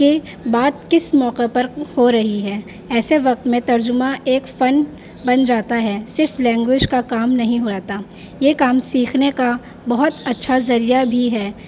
کی بات کس موقع پر ہو رہی ہے ایسے وقت میں ترجمہ ایک فن بن جاتا ہے صرف لینگویج کا کام نہیں ہو رہا تھا یہ کام سیکھنے کا بہت اچھا ذریعہ بھی ہے